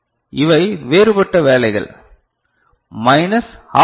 எனவே இவை வேறுபட்ட வேளைகள் மைனஸ் ஆப் எல்